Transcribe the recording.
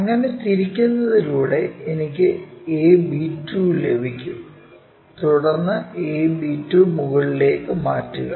അങ്ങനെ തിരിക്കുന്നതിലൂടെ എനിക്ക് ab2 ലഭിക്കും തുടർന്ന് ab2 മുകളിലേക്ക് മാറ്റുക